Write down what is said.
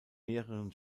mehreren